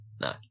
no